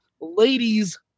ladies